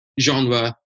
genre